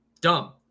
Dumb